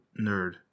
nerd